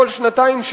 כל שנתיים,